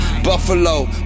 Buffalo